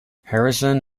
harrison